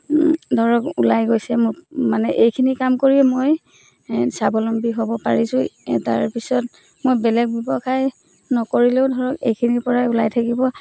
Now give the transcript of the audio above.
ধৰক ওলাই গৈছে মোৰ মানে এইখিনি কাম কৰি মই স্বাৱলম্বী হ'ব পাৰিছোঁ তাৰপিছত মই বেলেগ ব্যৱসায় নকৰিলেও ধৰক এইখিনিৰপৰাই ওলাই থাকিব